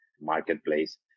marketplace